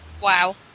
wow